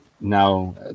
now